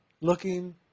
looking